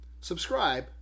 subscribe